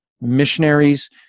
missionaries